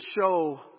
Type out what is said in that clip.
show